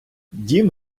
дім